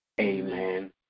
amen